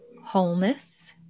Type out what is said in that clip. wholeness